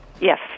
Yes